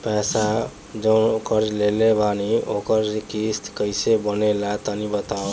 पैसा जऊन कर्जा लेले बानी ओकर किश्त कइसे बनेला तनी बताव?